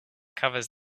covers